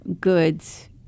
goods